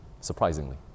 Surprisingly